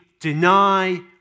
deny